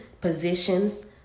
positions